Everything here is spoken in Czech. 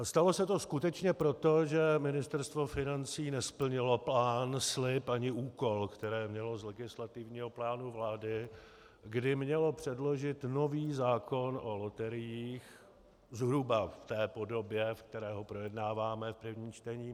Stalo se to skutečně proto, že Ministerstvo financí nesplnilo plán, slib ani úkol, které mělo z legislativního plánu vlády, kdy mělo předložit nový zákon o loteriích zhruba v té podobě, ve které ho projednáváme v prvním čtení.